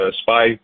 spy